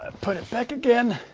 ah put it back again.